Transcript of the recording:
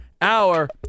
hour